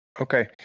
Okay